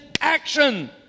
action